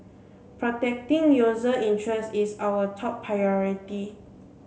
protecting user interests is our top priority